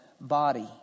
body